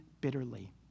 bitterly